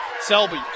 Selby